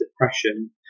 depression